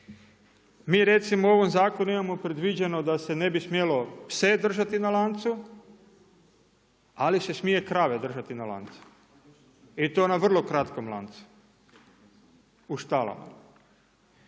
Mi recimo u ovom zakonu imamo predviđeno da se ne bi smjelo pse držati na lancu, ali se smije krave držati na lancu i to na vrlo kratkom lancu u štalama.